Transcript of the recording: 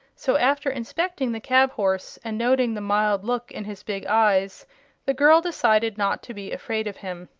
so after inspecting the cab-horse and noting the mild look in his big eyes the girl decided not to be afraid of him.